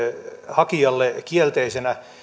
hakijalle kielteisenä